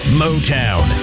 motown